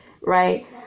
right